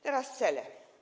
Teraz cele.